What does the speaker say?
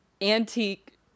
antique